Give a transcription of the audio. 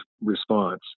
response